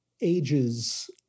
ages